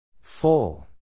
Full